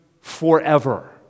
forever